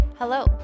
Hello